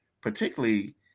particularly